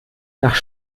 nach